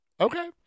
Okay